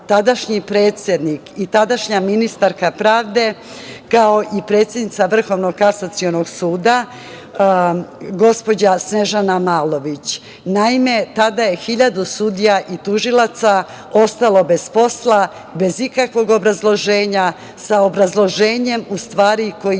tadašnji predsednik i tadašnja ministarka pravde, kao i predsednica VKS, gospođa Snežana Malović. Naime, tada je hiljadu sudija i tužilaca ostalo bez posla, bez ikakvog obrazloženja, sa obrazloženjem u stvari koji